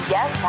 Yes